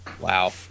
Wow